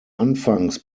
anfangs